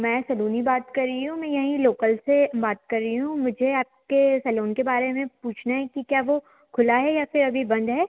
मैं सलोनी बात कर रही हूँ मैं यहीं लोकल से बात कर रही हूँ मुझे आपके सेलोन के बारे में पूछना है कि क्या वो खुला है या फिर अभी बंद है